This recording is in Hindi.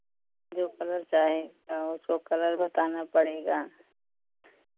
जो कलर चाहे हाँ उसको कलर बताना पड़ेगा